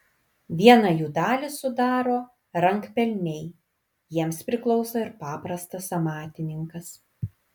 vieną jų dalį sudaro rankpelniai jiems priklauso ir paprastas amatininkas